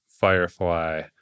Firefly